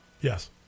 Yes